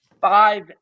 five